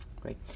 Great